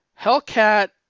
Hellcat